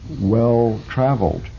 well-traveled